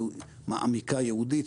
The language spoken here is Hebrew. ייעודית,